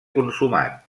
consumat